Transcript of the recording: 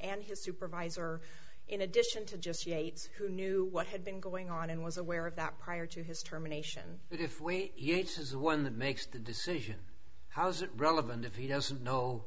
and his supervisor in addition to just yates who knew what had been going on and was aware of that prior to his term a nation if we use is one that makes the decision how's it relevant if he doesn't know